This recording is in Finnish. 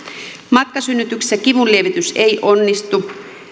matkasynnytyksessä kivunlievitys ei onnistu